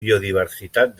biodiversitat